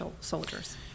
soldiers